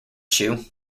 chew